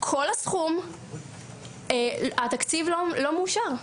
כל הסכום, התקציב לא מאושר.